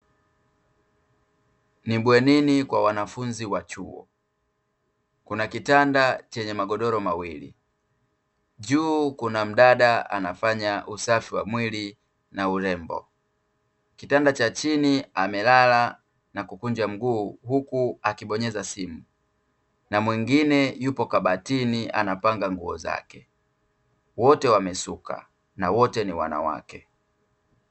Ni bwenini kwa wanafunzi wa chuo. Kuna kitanda chenye magodoro mawili, juu kuna mdada anafanya usafi wa mwili na urembo. Kitanda cha chini amelala na kukunja mguu huku akibonyeza simu, na mwingine yupo kabatini anapanga nguo zake. Wote wamesuka na wote ni wanawake.